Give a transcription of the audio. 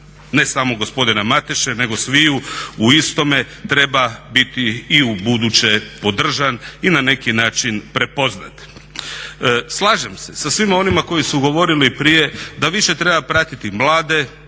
ne samo gospodina Mateše nego sviju u istome treba biti i u buduće podržan i na neki način prepoznat. Slažem se sa svima onima koji su govorili prije da više treba pratiti mlade